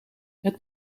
het